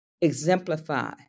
exemplify